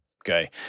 Okay